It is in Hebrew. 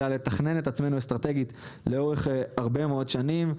אלא לתכנן את עצמנו אסטרטגית לאורך הרבה מאוד שנים,